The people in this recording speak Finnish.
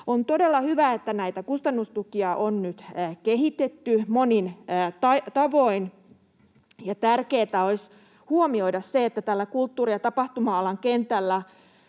On todella hyvä, että näitä kustannustukia on nyt kehitetty monin tavoin. Ja tärkeää olisi huomioida se, että kulttuuri- ja tapahtuma-alan kentällä